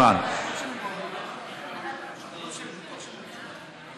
מה זו השפה הזאת, פה, בכנסת ישראל?